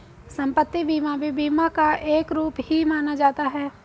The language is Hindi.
सम्पत्ति बीमा भी बीमा का एक रूप ही माना जाता है